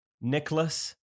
Nicholas